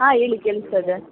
ಹಾಂ ಹೇಳಿ ಕೇಳಿಸ್ತಾ ಇದೆ